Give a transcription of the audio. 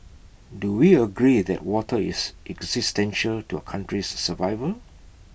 do we agree that water is existential to our country's survival